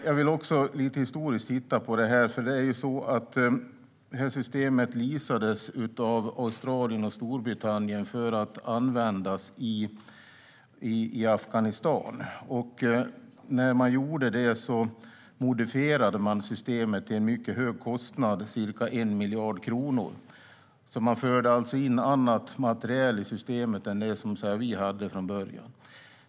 Jag vill också se lite historiskt på det här. Det här systemet leasades ju av Australien och Storbritannien för att användas i Afghanistan, och när man gjorde det modifierade man systemet till en mycket hög kostnad - ca 1 miljard kronor. Man förde alltså in annan materiel i systemet än den vi hade från början.